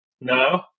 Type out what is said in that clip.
No